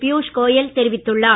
பீயுஷ் கோயல் தெரிவித்துள்ளார்